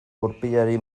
gurpilari